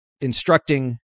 instructing